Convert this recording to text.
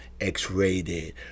X-rated